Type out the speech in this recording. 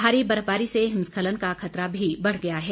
भारी बर्फबारी से हिमस्खलन का खतरा भी बढ़ गया है